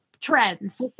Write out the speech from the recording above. Trends